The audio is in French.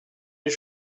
les